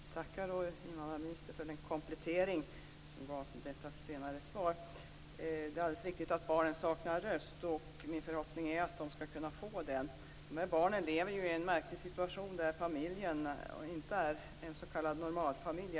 Fru talman! Jag vill tacka invandrarministern för den komplettering som gavs i detta senare svar. Det är riktigt att barnen saknar röst, och min förhoppning är att de skall kunna få en röst. De här barnen lever i en märklig situation, där familjen inte är en s.k. normalfamilj.